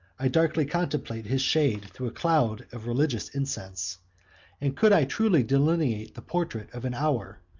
i darkly contemplate his shade through a cloud of religious incense and could i truly delineate the portrait of an hour,